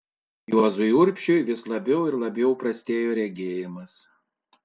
o juozui urbšiui vis labiau ir labiau prastėjo regėjimas